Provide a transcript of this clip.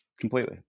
completely